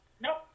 Nope